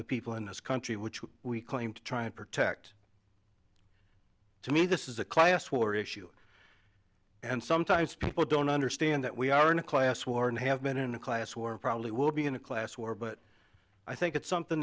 the people in this country which we claim to try to protect to me this is a class war issue and sometimes people don't understand that we are in a class war and have been in a class war and probably will be in a class war but i think it's something